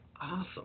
awesome